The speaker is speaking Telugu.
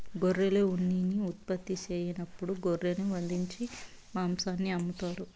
గొర్రెలు ఉన్నిని ఉత్పత్తి సెయ్యనప్పుడు గొర్రెలను వధించి మాంసాన్ని అమ్ముతారు